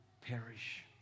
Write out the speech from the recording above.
perish